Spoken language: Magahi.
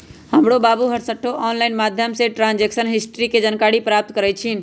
हमर बाबू हरसठ्ठो ऑनलाइन माध्यमें से ट्रांजैक्शन हिस्ट्री के जानकारी प्राप्त करइ छिन्ह